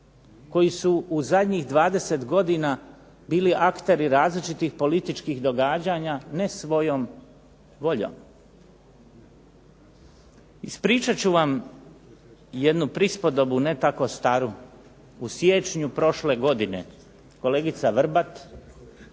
koji su u zadnjih 20 godina bili akteri različitih političkih događanja ne svojom voljom. Ispričat ću vam jednu prispodobu ne tako staru. U siječnju prošle godine kolegica Vrbat,